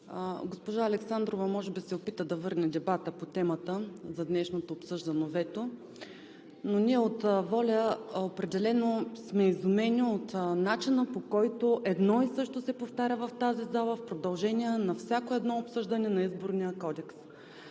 Госпожа Александрова може би се опита да върне дебата по темата за днешното обсъждано вето, но ние от „ВОЛЯ – Българските Родолюбци“ определено сме изумени от начина, по който едно и също се повтаря в тази зала в продължение на всяко едно обсъждане на Изборния кодекс.